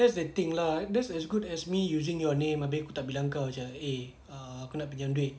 that's the thing lah that's as good as me using your name abeh aku tak bilang kau macam eh ah nak pinjam duit